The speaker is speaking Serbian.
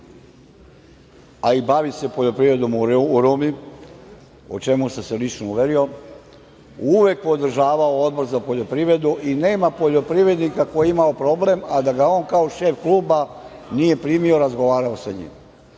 a i bavi se poljoprivredom u Rumi, o čemu sam se lično uverio, uvek podržavao Odbor za poljoprivredu i nema poljoprivrednika koji je imao problem a da ga on kao šef kluba nije primio i razgovarao sa njim.